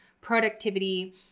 productivity